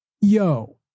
yo